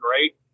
great